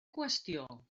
qüestió